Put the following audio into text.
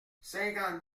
cinquante